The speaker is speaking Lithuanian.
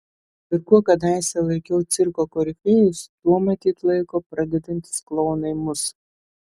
ir kuo kadaise laikiau cirko korifėjus tuo matyt laiko pradedantys klounai mus